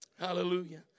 Hallelujah